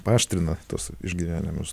paaštrina tuos išgyvenimus